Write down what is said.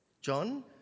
john